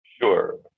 Sure